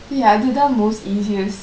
eh அதுதான்:athuthaan most easiest